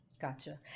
Gotcha